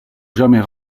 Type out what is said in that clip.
jamais